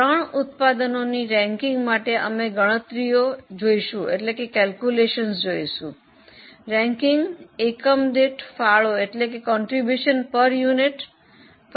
ત્રણ ઉત્પાદનોની રેન્કિંગ માટે અમે ગણતરીઓ જોઈશું રેન્કિંગ એકમ દીઠ ફાળા પર આધારિત છે